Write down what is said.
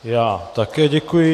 Já také děkuji.